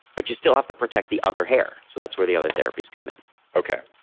but you still have to protect the other hair, so that's where the other therapies come in okay.